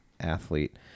athlete